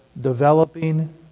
developing